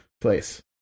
place